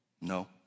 No